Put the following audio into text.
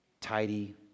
tidy